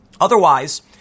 Otherwise